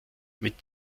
mit